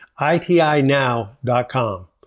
itinow.com